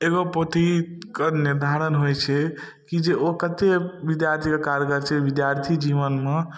एगो पोथीके निर्धारण होइछै की जे ओ कत्ते विद्यार्थीके कारगर छै विद्यार्थी जीवनमे